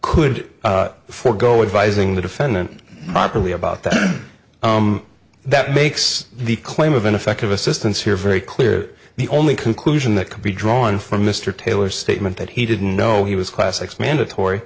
could forego advising the defendant properly about that that makes the claim of ineffective assistance here very clear the only conclusion that can be drawn from mr taylor statement that he didn't no he was classics mandatory